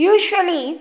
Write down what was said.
Usually